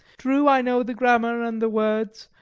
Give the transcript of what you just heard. true, i know the grammar and the words,